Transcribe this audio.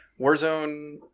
Warzone